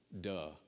Duh